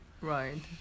right